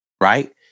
right